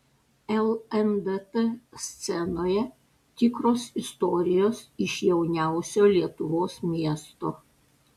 lndt scenoje tikros istorijos iš jauniausio lietuvos miesto